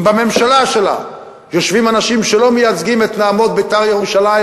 אם בממשלה שלה יושבים אנשים שלא מייצגים את נהמות "בית"ר ירושלים",